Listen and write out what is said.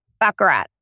Baccarat